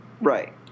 Right